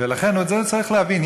ולכן את זה הוא צריך להבין,